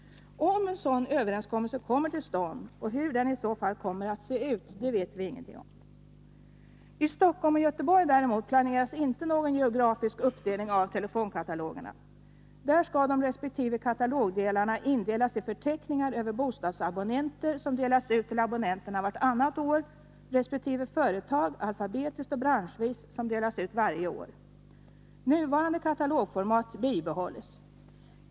Om en sådan överenskommelse kommer till stånd och hur den i så fall kommer att se ut, det vet vi ingenting om. I Stockholm och Göteborg däremot planeras inte någon geografisk uppdelning av telefonkatalogerna. Där skall de resp. katalogdelarna indelas i förteckningar över bostadsabonnenter som delas ut till abonnenterna vartannat år och över företag, alfabetiskt och branschvis, som delas ut varje år. Nuvarande katalogformat bibehålls.